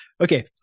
Okay